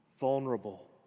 vulnerable